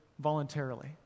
voluntarily